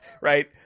Right